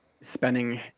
spending